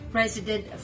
President